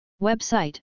Website